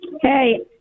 Hey